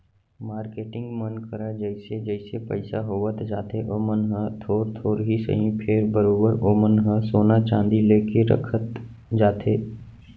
marketing मन करा जइसे जइसे पइसा होवत जाथे ओमन ह थोर थोर ही सही फेर बरोबर ओमन ह सोना चांदी लेके रखत जाथे